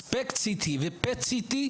שזה הSPECT-CT וה-PET-CT,